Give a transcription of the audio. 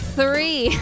three